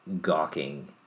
gawking